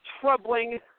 troubling